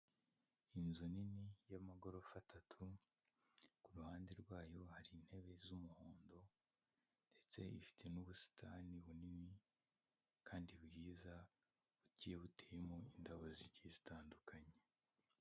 Inzu nini y'amagorofa atatu, ku ruhande rwayo hari intebe z'umuhondo ndetse ifite n'ubusitani bunini kandi bwiza, bugiye buteyemo indabo zigiye zitandukanye.